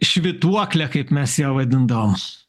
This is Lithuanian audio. švytuoklė kaip mes ją vadindamom